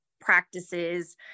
practices